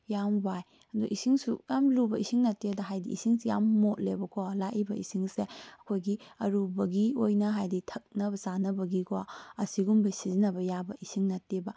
ꯌꯥꯝ ꯋꯥꯏ ꯑꯗꯣ ꯏꯁꯤꯡꯁꯨ ꯌꯥꯝ ꯂꯨꯕ ꯏꯁꯤꯡ ꯅꯠꯇꯦꯗ ꯍꯥꯏꯗꯤ ꯏꯁꯤꯡꯁꯤ ꯌꯥꯝ ꯃꯣꯠꯂꯦꯕꯀꯣ ꯂꯥꯛꯏꯕ ꯏꯁꯤꯡꯁꯦ ꯑꯩꯈꯣꯏꯒꯤ ꯑꯔꯨꯕꯒꯤ ꯑꯣꯏꯅ ꯍꯥꯏꯕꯗꯤ ꯊꯛꯅꯕ ꯆꯥꯅꯕꯒꯤꯀꯣ ꯑꯁꯤꯒꯨꯝꯕ ꯁꯤꯖꯤꯟꯅꯕ ꯌꯥꯕ ꯏꯁꯤꯡ ꯅꯠꯇꯦꯕ